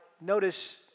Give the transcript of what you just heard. notice